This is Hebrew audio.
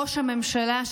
המדינה,